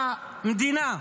שהמדינה,